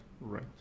right